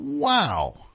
Wow